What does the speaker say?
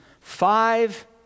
five